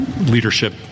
leadership